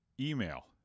Email